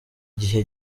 gihe